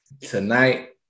Tonight